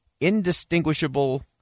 indistinguishable